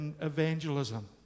evangelism